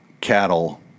Cattle